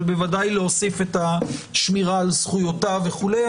אבל בוודאי להוסיף את השמירה על זכויותיו וכולי.